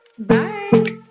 Bye